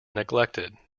neglected